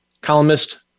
columnist